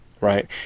right